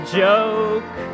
joke